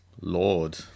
Lord